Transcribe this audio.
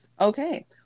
Okay